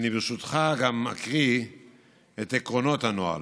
ברשותך, אני אקריא גם את עקרונות הנוהל.